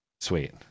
Sweet